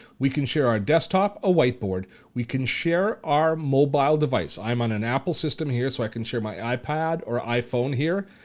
we can share our desktop, a whiteboard. we can share our mobile device. i am on an apple system here so i can share my ipad or iphone here.